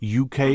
UK